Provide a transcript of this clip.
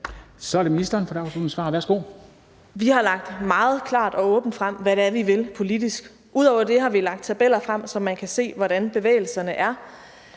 indenrigsministeren (Astrid Krag): Vi har lagt meget klart og åbent frem, hvad det er, vi vil politisk. Ud over det har vi lagt tabeller frem, så man kan se, hvordan bevægelserne er